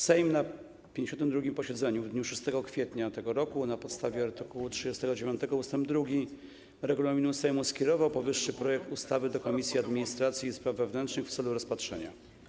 Sejm na 52. posiedzeniu w dniu 6 kwietnia br. na podstawie art. 39 ust. 2 regulaminu Sejmu skierował powyższy projekt ustawy do Komisji Administracji i Spraw Wewnętrznych w celu rozpatrzenia.